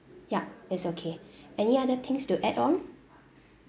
ya it's okay any other things to add on